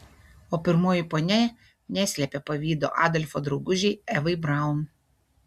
o pirmoji ponia neslėpė pavydo adolfo draugužei evai braun